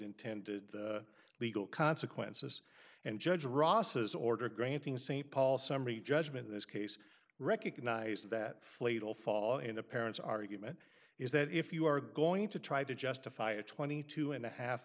intended legal consequences and judge ross's order granting st paul summary judgment in this case recognize that flayed all fall in a parent's argument is that if you are going to try to justify a twenty two and a half